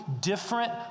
different